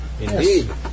Indeed